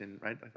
right